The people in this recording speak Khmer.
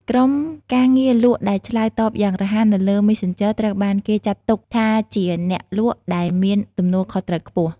ក្រុមការងារលក់ដែលឆ្លើយតបយ៉ាងរហ័សនៅលើ Messenger ត្រូវបានគេចាត់ទុកថាជាអ្នកលក់ដែលមានទំនួលខុសត្រូវខ្ពស់។